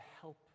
help